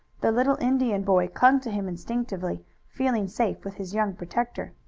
the little indian boy clung to him instinctively, feeling safe with his young protector.